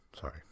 Sorry